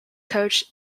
coach